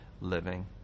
living